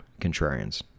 contrarians